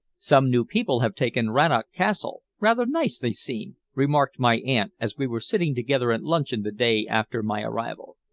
some new people have taken rannoch castle. rather nice they seem, remarked my aunt as we were sitting together at luncheon the day after my arrival.